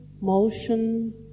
motion